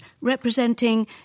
representing